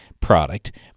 product